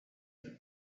that